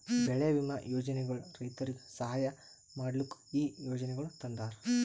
ಬೆಳಿ ವಿಮಾ ಯೋಜನೆಗೊಳ್ ರೈತುರಿಗ್ ಸಹಾಯ ಮಾಡ್ಲುಕ್ ಈ ಯೋಜನೆಗೊಳ್ ತಂದಾರ್